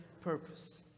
purpose